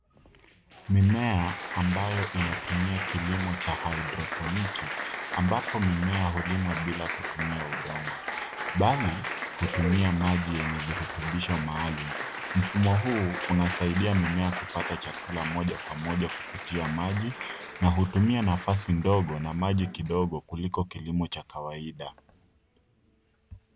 Mimea ambayo inatumia kilimo cha hydroponic ambapo mimea hulimwa bila kutumia udongo bali hutumia maji yenye virutubisho maalum. Mfumo huu unasaidia mimea kupata chakula moja kwa moja kupitia maji na hutumia nafasi ndogo na maji kidogo kuliko kilimo cha kawaida.